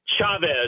Chavez